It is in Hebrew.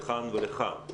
לכאן ולכאן.